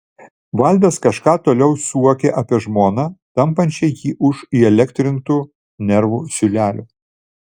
valdas kažką toliau suokė apie žmoną tampančią jį už įelektrintų nervų siūlelių